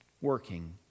working